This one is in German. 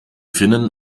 finnen